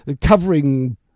covering